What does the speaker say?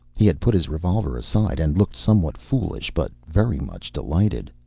he had put his revolver aside and looked somewhat foolish but very much delighted.